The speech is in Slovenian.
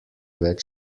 več